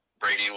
Brady